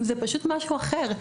זה פשוט משהו אחר.